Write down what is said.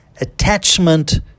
attachment